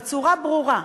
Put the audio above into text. בצורה ברורה.